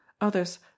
Others